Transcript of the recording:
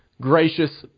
gracious